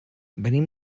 venim